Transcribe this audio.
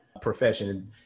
profession